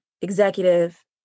executive